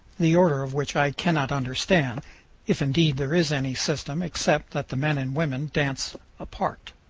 the order of which i cannot understand if indeed there is any system, except that the men and women dance apart.